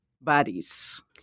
bodies